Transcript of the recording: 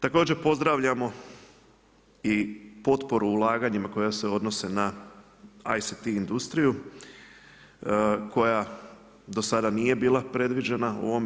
Također pozdravljamo i potporu ulaganjima koja se odnose na IST industriju koja do sada nije bila predviđena u ovome.